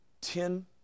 Ten